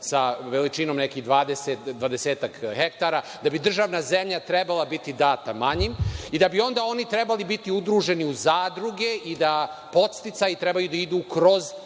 sa veličinom nekih 20-ak hektara da bi državna zemalja trebala biti data manjim i da bi onda oni trebali biti udruženi u zadruge i da podsticaji treba da idu kroz